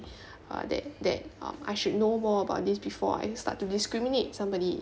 uh th~ that um I should know more about this before I start to discriminate somebody